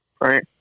Right